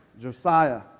Josiah